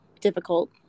difficult